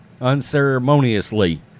unceremoniously